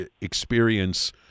experience